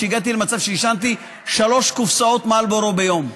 הגעתי למצב שעישנתי שלוש קופסאות מרלבורו ביום,